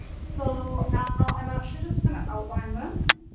so now i'm actually just gonna outline this